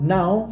Now